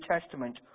Testament